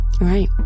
Right